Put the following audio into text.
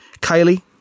Kylie